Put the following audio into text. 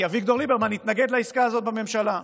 כי אביגדור ליברמן התנגד לעסקה הזאת בממשלה.